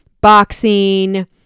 boxing